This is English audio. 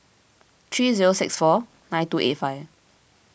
three zero six four nine two eight five